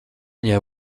viņai